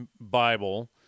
Bible